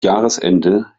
jahresende